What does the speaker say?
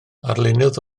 arlunydd